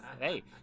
Hey